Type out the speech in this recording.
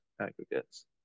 aggregates